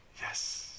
Yes